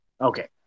Okay